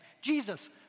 Jesus